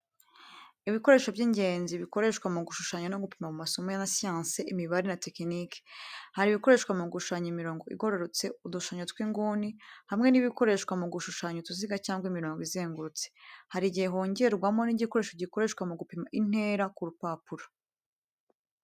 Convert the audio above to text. Ibikoresho by’ingenzi bikoreshwa mu gushushanya no gupima mu masomo ya siyansi, imibare, na tekiniki. Hari ibikoreshwa mu gushushanya imirongo igororotse, udushushanyo tw’inguni, hamwe nibikoreshwa mu gushushanya utuziga cyangwa imirongo izengurutse. Hari igihe hongerwamo n'igikoresho gikoreshwa mu gupima intera ku rupapuro.